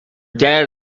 dad